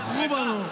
בחרו בנו.